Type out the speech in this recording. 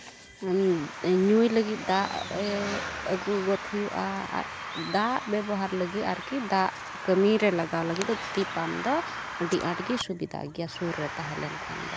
ᱧᱩᱭ ᱞᱟᱹᱜᱤᱫ ᱫᱟᱜᱼᱮ ᱟᱹᱜᱩ ᱜᱚᱫ ᱦᱩᱭᱩᱜᱼᱟ ᱫᱟᱜ ᱵᱮᱵᱚᱦᱟᱨ ᱞᱟᱹᱜᱤᱫ ᱟᱨᱠᱤ ᱫᱟᱜ ᱠᱟᱹᱢᱤ ᱨᱮ ᱞᱟᱜᱟᱣ ᱞᱟᱹᱜᱤᱫ ᱫᱚ ᱛᱤ ᱯᱟᱢᱯ ᱫᱚ ᱟᱹᱰᱤ ᱟᱸᱴᱜᱮ ᱥᱩᱵᱤᱫᱟ ᱜᱮᱭᱟ ᱥᱩᱨ ᱨᱮ ᱛᱟᱦᱮᱸᱞᱮᱱ ᱠᱷᱟᱱ ᱫᱚ